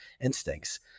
instincts